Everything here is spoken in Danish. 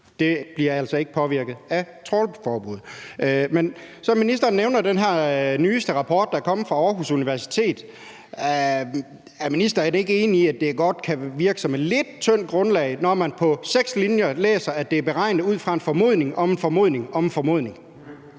det bliver altså ikke påvirket af trawlforbud. Men ministeren nævner så den her nyeste rapport, der er kommet fra Aarhus Universitet. Er ministeren ikke enig i, at det godt kan virke som et lidt tyndt grundlag, når man på seks linjer læser, at det er beregnet ud fra en formodning om en formodning om en formodning?